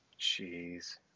Jeez